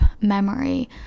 memory